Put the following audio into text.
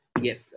Yes